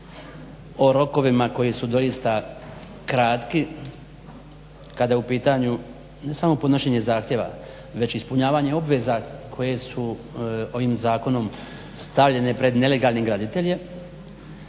o rokovima koji su doista kratki kada je u pitanju ne samo podnošenje zahtjeva već ispunjavanje obveza koje su ovim zakonom stavljene pred nelegalne graditelje